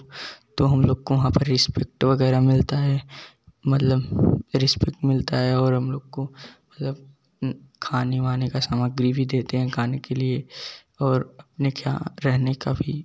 तो हम लोगों को वहाँ पर रिस्पिक्ट वगैरह मिलता है मतलब रिस्पेक्ट मिलता है आर हम लोग को मतलब खाने वाने का सामग्री भी देते हैं खाने के लिए और अपने रह रहने का भी